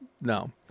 no